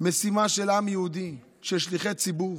של עם יהודי, של שליחי ציבור